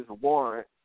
warrant